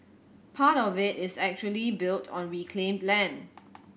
part of it is actually built on reclaimed land